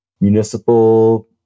municipal